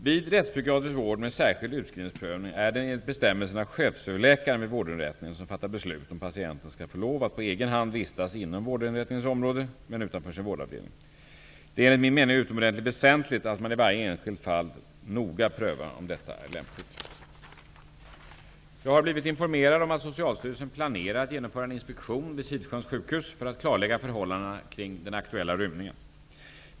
Vid rättspsykiatrisk vård med särskild utskrivningsprövning är det enligt bestämmelserna chefsöverläkaren vid vårdinrättningen som fattar beslut om patienten skall få lov att på egen hand vistas inom vårdinrättningens område men utanför sin vårdavdelning. Det är enligt min mening utomordentligt väsentligt att man i varje enskilt fall noga prövar om detta är lämpligt. Jag har blivit informerad om att Socialstyrelsen planerar att genomföra en inspektion vid Sidsjöns sjukhus för att klarlägga förhållandena kring den aktuella rymningen.